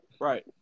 Right